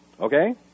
Okay